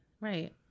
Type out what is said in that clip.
right